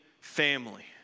family